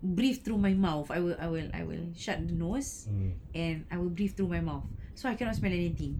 breathe through my mouth I will I will I will shut the nose and I will breathe through my mouth so I cannot smell anything